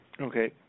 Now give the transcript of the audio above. Okay